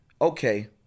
Okay